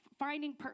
finding